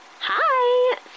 Hi